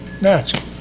natural